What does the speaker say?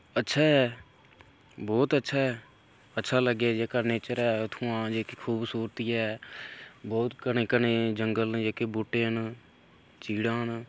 अच्छा ऐ बहुत अच्छा ऐ अच्छा लग्गा जेह्का नेच्चर ऐ उत्थूं दा जेह्की खूबसूरती ऐ बहुत घने घने जंगल न जेह्के बूह्टे न चीड़ां न